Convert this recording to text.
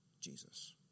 Jesus